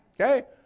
Okay